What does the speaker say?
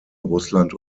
russland